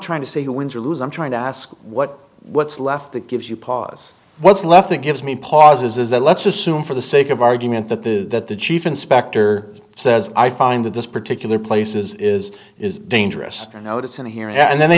trying to see who wins or lose and trying to ask what what's left that gives you pause what's left that gives me pause is that let's assume for the sake of argument that the that the chief inspector says i find that this particular places is is dangerous or notice in here and then they